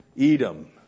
Edom